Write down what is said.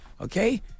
Okay